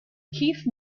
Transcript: keith